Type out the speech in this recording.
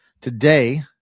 Today